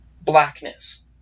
blackness